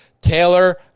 Taylor